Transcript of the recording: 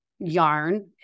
yarn